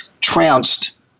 trounced